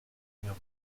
numéro